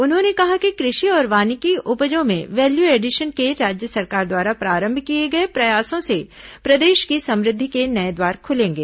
उन्होंने कहा कि कृषि और वानिकी उपजों में वेल्यू एडीशन के राज्य सरकार द्वारा प्रारंभ किए गए प्रयासों से प्रदेश की समृद्धि के नए द्वार खुलेंगे